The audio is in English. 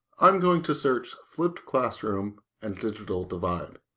i'm going to search flipped classroom and digital divide